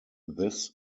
this